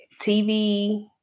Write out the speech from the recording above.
TV